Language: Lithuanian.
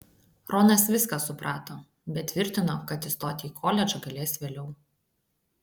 ronas viską suprato bet tvirtino kad įstoti į koledžą galės vėliau